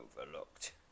overlooked